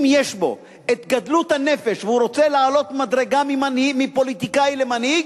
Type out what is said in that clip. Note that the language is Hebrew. אם יש בו את גדלות הנפש והוא רוצה לעלות מדרגה מפוליטיקאי למנהיג,